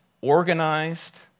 organized